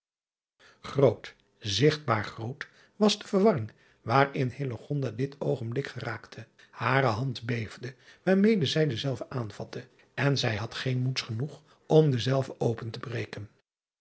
root zigtbaar groot was de verwarring waarin dit oogenblik geraakte are hand beefde waarmede zij denzelven aanvatte en zij had geen moeds genoeg om denzelven opentebreken vroeg ter